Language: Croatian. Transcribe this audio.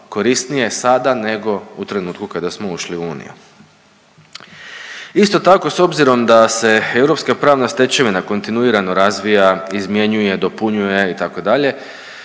korisnije sada nego u trenutku kada smo ušli u uniju. Isto tako, s obzirom da se europska pravna stečevina kontinuirano razvija, izmjenjuje, dopunjuje itd.,